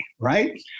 Right